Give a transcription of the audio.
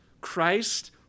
Christ